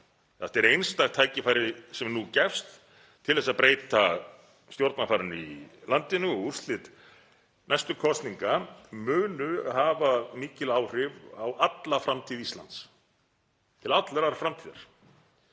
Þetta er einstakt tækifæri sem nú gefst til að breyta stjórnarfarinu í landinu og úrslit næstu kosninga munu hafa mikil áhrif á alla framtíð Íslands, til allrar framtíðar.